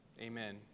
Amen